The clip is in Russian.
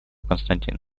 константин